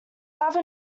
have